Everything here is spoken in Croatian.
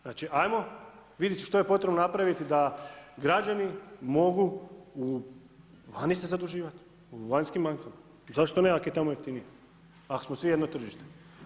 Znači ajmo vidit što je potrebno napraviti da građani mogu vani se zaduživat, u vanjskim bankama, zašto ne ako je tamo jeftinije, ako smo svi jedno tržište.